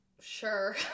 Sure